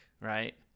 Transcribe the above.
right